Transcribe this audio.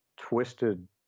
twisted